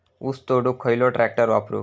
ऊस तोडुक खयलो ट्रॅक्टर वापरू?